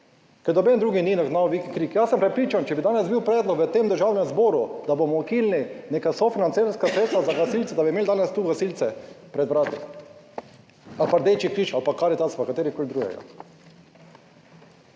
ker noben drugi ni zagnal vi in krik. Jaz sem prepričan, če bi danes bil predlog v tem Državnem zboru, da bomo ukinili neka sofinancerska sredstva za gasilce, da bi imeli danes tu gasilce pred vrati ali pa Rdeči križ ali pa Karitas, pa kateregakoli drugega.